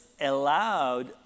allowed